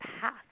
path